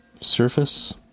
surface